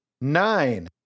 Nine